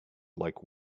like